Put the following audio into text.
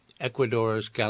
Ecuador's